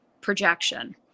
projection